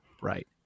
right